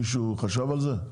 מישהו חשב על זה?